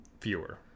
fewer